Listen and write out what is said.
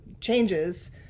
changes